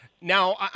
Now